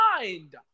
mind